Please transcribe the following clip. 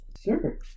Sure